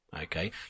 okay